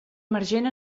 emergent